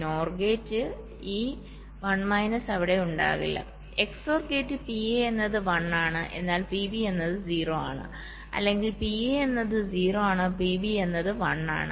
NOR gate ഈ 1 minus അവിടെ ഉണ്ടാകില്ല XOR ഗേറ്റ് PA എന്നത് 1 ആണ് എന്നാൽ PB എന്നത് 0 ആണ് അല്ലെങ്കിൽ PA എന്നത് 0 ആണ് PB എന്നത് 1 ആണ്